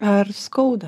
ar skauda